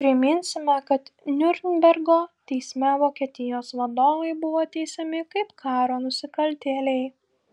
priminsime kad niurnbergo teisme vokietijos vadovai buvo teisiami kaip karo nusikaltėliai